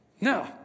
No